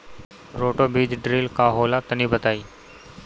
Roto बीज drill का होला तनि बताई?